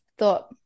thought